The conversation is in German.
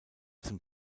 zum